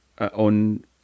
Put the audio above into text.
on